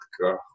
God